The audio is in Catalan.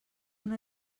una